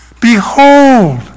behold